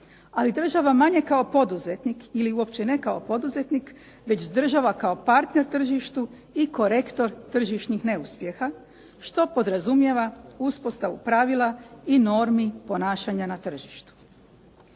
Ali država manje kao poduzetnik ili uopće ne kao poduzetnik već država kao partner tržištu i korektor tržišnih neuspjeha, što podrazumijeva uspostavu pravila i normi ponašanja na tržištu.